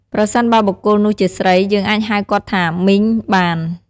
ប្រសិនបើបុគ្គលនោះជាស្រី យើងអាចហៅគាត់ថា "មីង" បាន។